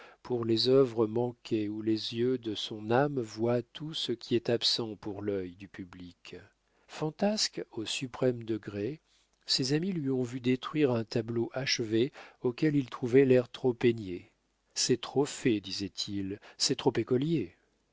pour les œuvres manquées où les yeux de son âme voient tout ce qui est absent pour l'œil du public fantasque au suprême degré ses amis lui ont vu détruire un tableau achevé auquel il trouvait l'air trop peigné c'est trop fait disait-il c'est trop écolier